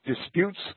disputes